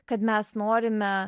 kad mes norime